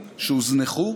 שהוזנחו,